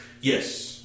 Yes